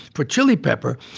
for chili pepper,